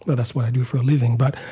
that's what i do for a living, but